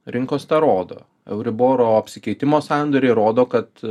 rinkos tą rodo euriboro apsikeitimo sandoriai rodo kad